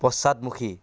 পশ্চাদমুখী